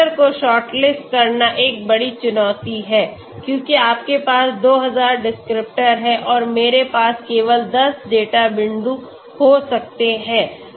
descriptors को shortlist करना एक बड़ी चुनौती है क्योंकि आपके पास 2000 डिस्क्रिप्टर्स हैं और मेरे पास केवल 10 डेटा बिंदु हो सकते हैं